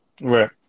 Right